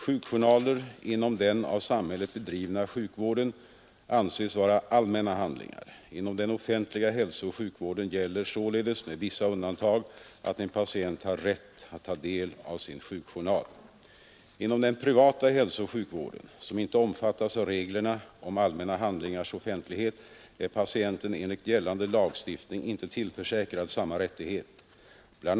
Sjukjournaler inom den av samhället bedrivna sjukvården anses vara allmänna handlingar. Inom den offentliga hälsooch sjukvården gäller således med vissa undantag att en patient har rätt att ta del av sin sjukjournal. Inom den privata hälsooch sjukvården, som inte omfattas av reglerna om allmänna handlingars offentlighet, är patienten enligt gällande lagstiftning inte tillförsäkrad samma rättighet. Bl.